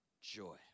joy